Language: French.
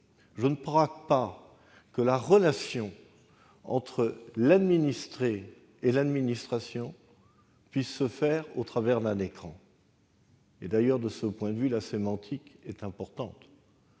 je ne pense pas que la relation entre l'administré et l'administration puisse se faire au travers d'un écran. D'ailleurs, de ce point de vue, la sémantique est importante.